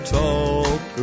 talk